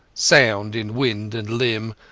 sound in wind and limb,